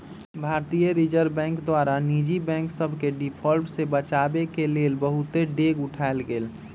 भारतीय reserve bank द्वारा निजी बैंक सभके डिफॉल्ट से बचाबेके लेल बहुते डेग उठाएल गेल